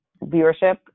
viewership